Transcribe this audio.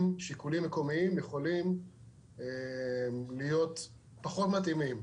שיקולים מקומיים יכולים להיות פחות מתאימים